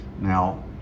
Now